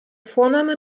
vorname